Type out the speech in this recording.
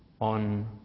on